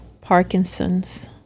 Parkinson's